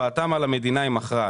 השפעתם על המדינה היא מכרעת.